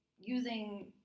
using